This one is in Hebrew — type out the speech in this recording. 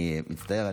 אני מצטער,